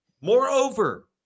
Moreover